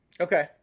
Okay